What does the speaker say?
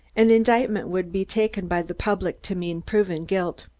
an indictment would be taken by the public to mean proven guilt.